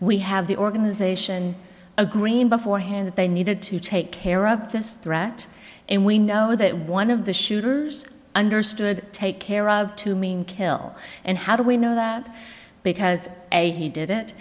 we have the organization a green beforehand that they needed to take care of this threat and we know that one of the shooters understood take care of to mean kill and how do we know that because a he did it